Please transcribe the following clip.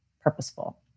purposeful